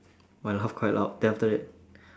my laugh quite loud then after that